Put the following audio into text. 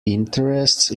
interests